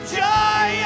joy